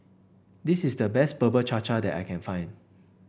this is the best Bubur Cha Cha that I can find